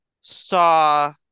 saw